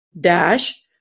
dash